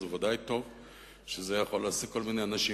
אז בוודאי טוב שהוא יכול להעסיק כל מיני אנשים